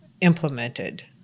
implemented